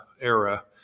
era